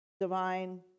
divine